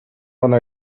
гана